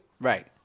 Right